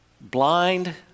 blind